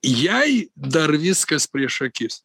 jai dar viskas prieš akis